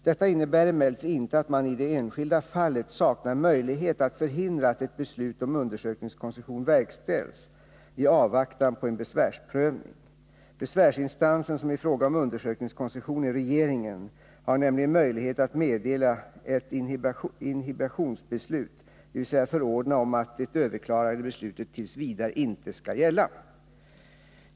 Detta innebär emellertid inte att man i det enskilda fallet saknar möjlighet att förhindra att ett beslut om undersökningskoncession verkställs i avvaktan på en besvärsprövning. Besvärsinstansen, som i fråga om undersökningskoncession är regeringen, har nämligen möjlighet att meddela ett inhibitionsbeslut, dvs. förordna att det överklagade beslutet t. v. inte skall gälla.